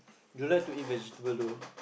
you like to eat vegetable though